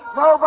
no